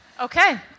Okay